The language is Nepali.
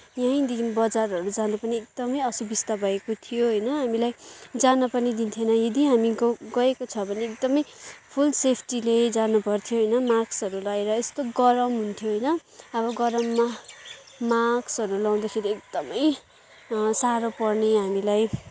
यहीँदेखि बजारहरू जान पनि एकदमै असुबिस्ता भएको थियो होइन हामीलाई जान पनि दिन्थेन यदि हामी गएका छौँ भने एकदमै फुल सेफ्टीले जान पर्थ्यो होइन मास्कहरू लगाएर यस्तो गरम हुन्थ्यो होइन अब गरममा मास्कहरू लगाउँदाखेरि एकदमै साह्रो पर्ने हामीलाई